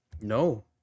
No